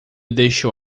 deixou